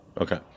Okay